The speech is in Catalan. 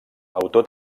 autor